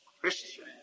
Christian